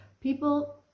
People